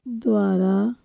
ਦੁਆਰਾ